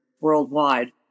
worldwide